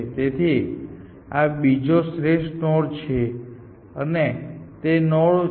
તેથી આ બીજો શ્રેષ્ઠ નોડ છે અને તે નોડ છે